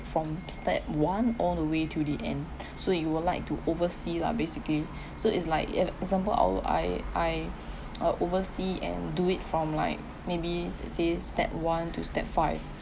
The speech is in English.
from step one all the way till the end so you would like to oversee lah basically so it's like e~ example our I I uh oversee and do it from like maybe s~ says step one to step five